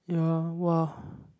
ya !wow!